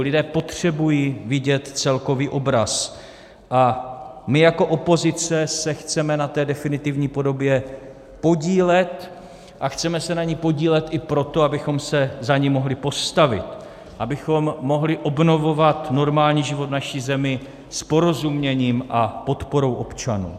Lidé potřebují vidět celkový obraz a my jako opozice se chceme na té definitivní podobě podílet, a chceme se na ní podílet i proto, abychom se za ni mohli postavit, abychom mohli obnovovat normální život v naší zemi s porozuměním a podporou občanů.